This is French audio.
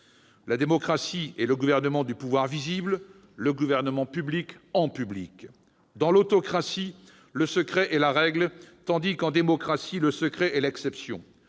La démocratie est le gouvernement du pouvoir visible : le gouvernement public, en public. Dans l'autocratie le secret est la règle, tandis qu'en démocratie le secret est l'exception,